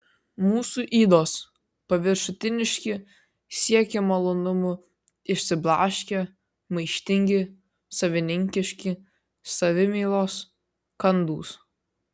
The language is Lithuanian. mūsų ydos paviršutiniški siekią malonumų išsiblaškę maištingi savininkiški savimylos kandūs